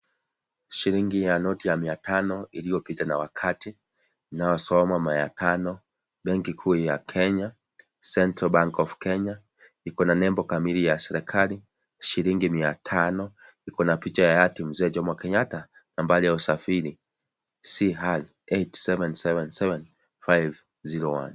Shilingi ya noti ya mia tano iliyopita na wakati inayosoma maya tano Benki kuu ya Kenya, Central Bank of Kenya, ikona nembo kamili ya serikali shilingi mia tano ikona picha ya hayati mzee Jomo Kenyatta nambari ya usafiri C R eight seven seven five zero one .